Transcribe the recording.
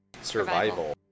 Survival